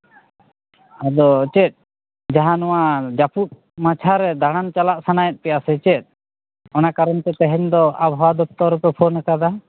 ᱟᱫᱚ ᱪᱮᱫ ᱡᱟᱦᱟᱸ ᱱᱚᱣᱟ ᱡᱟᱹᱯᱩᱫ ᱢᱟᱪᱷᱟᱨᱮ ᱫᱟᱬᱟᱱ ᱪᱟᱞᱟᱜ ᱥᱟᱱᱟᱭᱮᱫ ᱯᱮᱭᱟ ᱥᱮ ᱪᱮᱫ ᱚᱱᱟ ᱠᱟᱨᱚᱱᱛᱮ ᱛᱮᱦᱮᱧ ᱫᱚ ᱟᱵᱚᱦᱟᱣᱟ ᱫᱚᱯᱛᱚᱨ ᱨᱮᱯᱮ ᱯᱷᱳᱱᱟᱠᱟᱫᱟ